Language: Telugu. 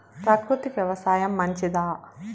ప్రకృతి వ్యవసాయం మంచిదా?